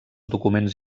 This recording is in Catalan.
documents